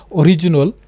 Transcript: original